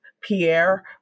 Pierre